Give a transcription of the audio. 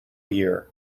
year